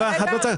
זה לא הנוסח.